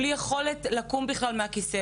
בלי יכולת לקום מהכיסא,